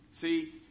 See